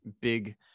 big